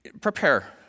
Prepare